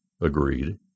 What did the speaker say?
agreed